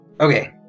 Okay